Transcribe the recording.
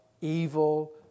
evil